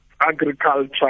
agriculture